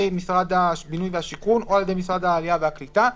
משרד הבינוי והשיכון או על ידי משרד העלייה והקליטה.